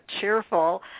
cheerful